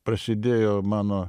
prasidėjo mano